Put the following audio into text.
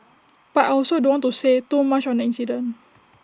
but I also don't want to say too much on the incident